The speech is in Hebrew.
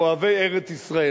אוהבי ארץ-ישראל.